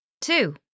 Two